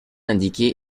indiquée